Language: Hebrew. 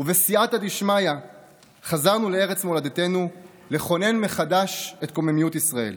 ובסייעתא דשמיא חזרנו לארץ מולדתנו לכונן מחדש את קוממיות ישראל.